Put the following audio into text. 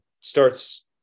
starts